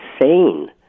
insane